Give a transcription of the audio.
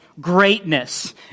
greatness